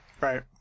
Right